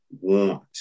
want